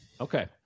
okay